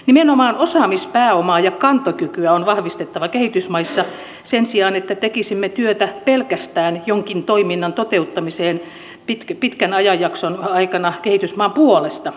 nimenomaan osaamispääomaa ja kantokykyä on vahvistettava kehitysmaissa sen sijaan että tekisimme työtä pelkästään jonkin toiminnan toteuttamiseen pitkän ajanjakson aikana kehitysmaan puolesta